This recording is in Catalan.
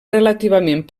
relativament